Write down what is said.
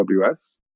aws